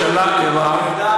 הלך לישון, הוא רדום.